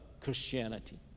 Christianity